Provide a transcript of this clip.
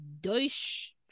Deutsch